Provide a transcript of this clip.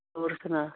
ਹੋਰ ਸੁਣਾ